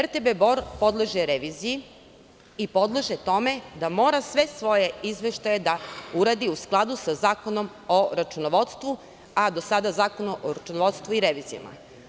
RTB Bor podleže reviziji i podlože tome da mora sve svoje izveštaje da uradi u skladu sa Zakonom o računovodstvu a do sada Zakonom o računovodstvu i revizijama.